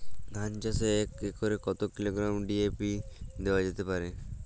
ধান চাষে এক একরে কত কিলোগ্রাম ডি.এ.পি দেওয়া যেতে পারে?